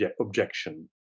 objection